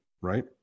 right